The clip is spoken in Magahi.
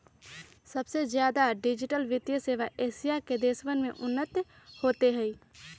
सबसे ज्यादा डिजिटल वित्तीय सेवा एशिया के देशवन में उन्नत होते हई